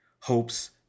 hopes